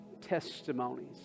testimonies